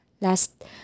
last